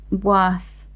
worth